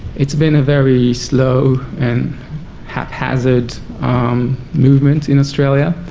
it's been a very slow and haphazard movement in australia.